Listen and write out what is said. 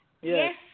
Yes